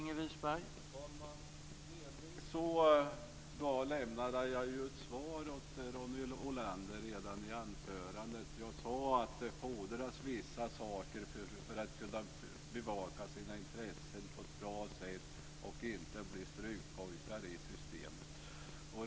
Herr talman! Delvis lämnade jag ett svar till Ronny Olander redan i mitt anförande. Jag sade att det fordras vissa saker för att kunna bevaka sina intressen på ett bra sätt och inte bli strykpojkar i systemet.